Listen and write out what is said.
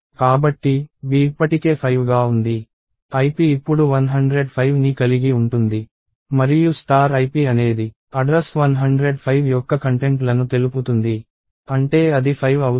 కాబట్టి b ఇప్పటికే 5 గా ఉంది ip ఇప్పుడు 105 ని కలిగి ఉంటుంది మరియు ip అనేది అడ్రస్ 105 యొక్క కంటెంట్ లను తెలుపుతుంది అంటే అది 5 అవుతుంది